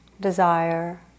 desire